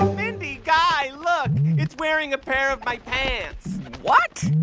mindy, guy look it's wearing a pair of my pants what?